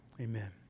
amen